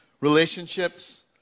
relationships